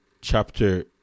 chapter